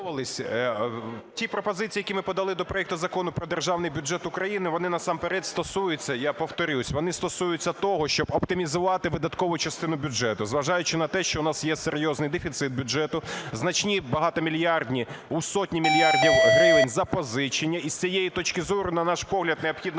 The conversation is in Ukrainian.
Ті пропозицій, які ми подали до проекту Закону про Державний бюджет України, вони насамперед стосуються, я повторюсь, вони стосуються того, щоб оптимізувати видаткову частину бюджету, зважаючи на те, що в нас є серйозний дефіцит бюджету, значні багатомільярдні, у сотні мільярдів гривень, запозичення, і з цієї точки зору, на наш погляд, необхідно